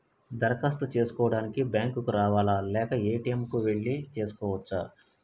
దరఖాస్తు చేసుకోవడానికి బ్యాంక్ కు రావాలా లేక ఏ.టి.ఎమ్ కు వెళ్లి చేసుకోవచ్చా?